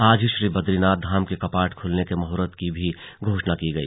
आज ही श्री बदरीनाथ धाम के कपाट खुलने के मुहूर्त की भी घोषणा की गई